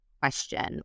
question